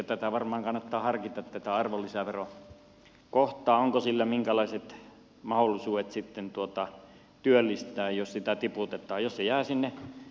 elikkä varmaan kannattaa harkita tätä arvonlisävero kohtaa onko sillä minkälaiset mahdollisuudet sitten työllistää jos sitä tiputetaan